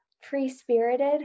free-spirited